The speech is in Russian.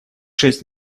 шесть